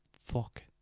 fuck